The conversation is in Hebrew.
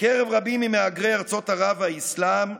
בקרב רבים ממהגרי ארצות ערב והאסלאם,